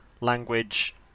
language